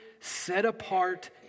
set-apart